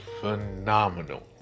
phenomenal